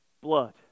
blood